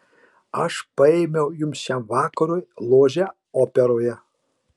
aš paėmiau jums šiam vakarui ložę operoje